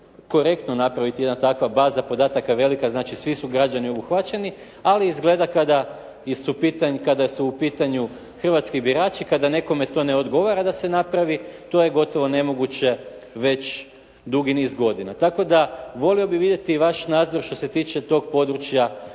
korektno napraviti jedna takva baza podataka velika, znači svi su građani obuhvaćeni, ali izgleda kada su u pitanju hrvatski birači, kada nekome to ne odgovara da se napravi, to je gotovo nemoguće već dugi niz godina. Tako da, volio bih vidjeti vaš nadzor što se tiče toga područja sljedeće